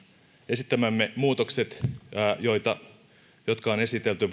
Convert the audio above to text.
esittämämme muutokset jotka on esitelty